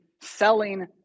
selling